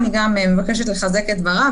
אני מבקשת לחזק את דבריו,